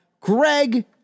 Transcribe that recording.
Greg